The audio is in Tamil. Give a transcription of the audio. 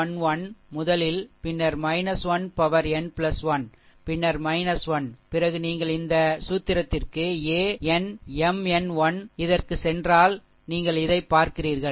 a11 முதலில் பின்னர் 1 பவர்n 1 பின்னர் 1 பிறகு நீங்கள் இந்த சூத்திரத்திற்கு an mn 1 க்குச் சென்றால் நீங்கள் இதைப் பார்க்கிறீர்கள்